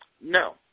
No